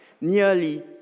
Nearly